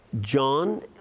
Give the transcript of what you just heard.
John